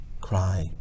cry